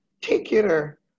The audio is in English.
particular